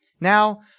Now